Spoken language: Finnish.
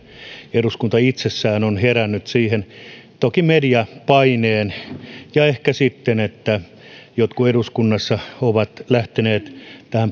eduskunta itsessään on herännyt tähän toki mediapaine on vaikuttanut ja ehkä sitten se että jotkut eduskunnassa ovat lähteneet